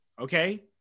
okay